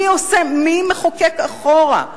מי מחוקק אחורה?